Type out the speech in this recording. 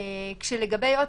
עוד פעם,